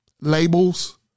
Labels